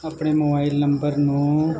ਆਪਣੇ mobile number ਨੂੰ